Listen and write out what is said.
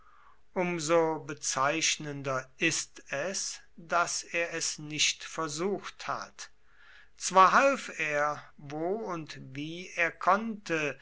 so bezeichnender ist es daß er es nicht versucht hat zwar half er wo und wie er konnte